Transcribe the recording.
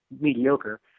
mediocre